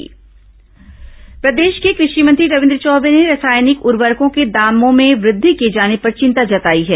रासायनिक खाद कृषि मंत्री प्रदेश के कृषि मंत्री रविन्द्र चौबे ने रासायनिक उर्वरकों के दामों में वृद्धि किए जाने पर चिंता जताई है